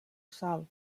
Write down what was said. sal